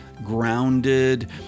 grounded